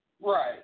Right